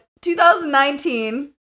2019